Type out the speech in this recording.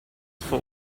full